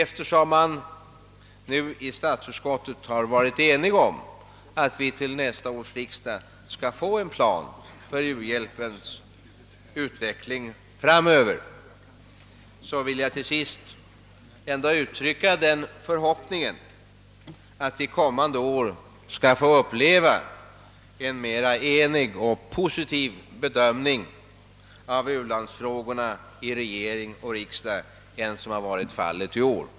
Eftersom ledamöterna i statsutskottet varit eniga om att vi till nästa års riksdag skall få en plan för u-hbjälpsutvecklingen framöver, så vill jag till sist uttrycka förhoppningen att vi kommande år skall få uppleva en mera enig och positiv bedömning av u-landsfrågorna inom regering och riksdag än som har varit fallet i år.